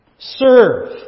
Serve